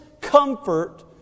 comfort